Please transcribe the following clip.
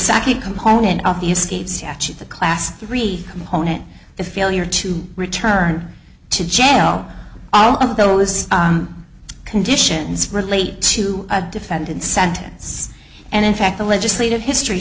sacchi component of the estates actually the class three component the failure to return to jail all of those conditions relate to a defendant sentence and in fact the legislative history